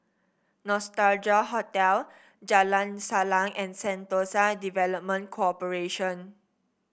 Nostalgia Hotel Jalan Salang and Sentosa Development Corporation